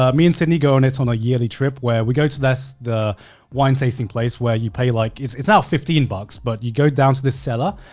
ah me and sydney go and it's on a yearly trip where we go to this, the wine tasting place where you pay like, it's it's now fifteen bucks, but you go down to this cellar,